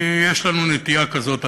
כי יש לנו נטייה כזאת,